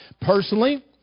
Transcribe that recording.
personally